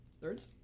Thirds